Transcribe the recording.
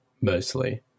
mostly